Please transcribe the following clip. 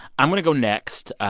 i'm going to go next.